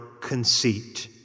conceit